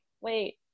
wait